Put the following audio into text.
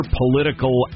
political